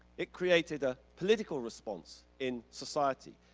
it created a political response in society,